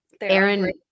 Aaron